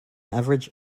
average